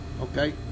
Okay